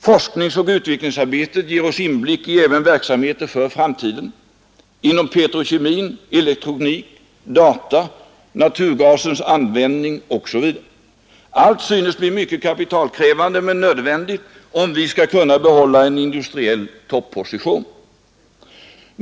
Forskningsoch utvecklingsarbetet ger oss även inblick i verksamheter för framtiden, inom petrokemin, elektronik, data, naturgasens användning osv. Allt synes bli mycket kapitalkrävande men nödvändigt, om vi skall kunna behålla en industriell topp-position.